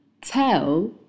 Tell